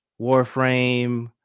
Warframe